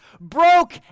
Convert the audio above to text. broke